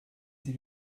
sie